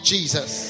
Jesus